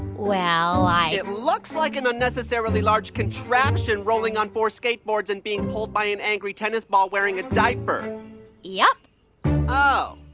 well, i. it looks like an unnecessarily large contraption rolling on four skateboards and being pulled by an angry tennis ball wearing a diaper yup oh,